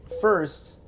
first